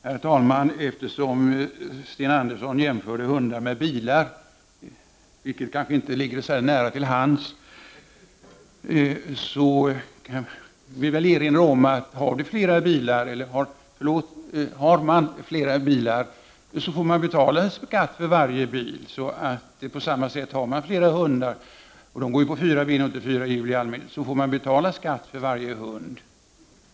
Herr talman! Eftersom Sten Andersson i Malmö jämförde hundar med bilar, vilket kanske inte ligger särskilt nära till hands, vill jag erinra om att den som har flera bilar får betala skatt för varje bil. Har man flera hundar, får man på samma sätt betala skatt för varje hund.